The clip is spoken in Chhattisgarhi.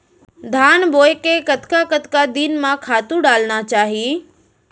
धान बोए के कतका कतका दिन म खातू डालना चाही?